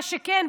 מה שכן,